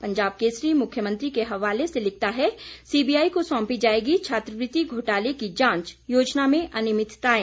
पंजाब केसरी मुख्यमंत्री के हवाले से लिखता है सीबीआई को सौंपी जाएगी छात्रवृति घोटाले की जांच योजना में अनियमितताएं